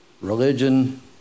religion